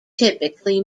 typically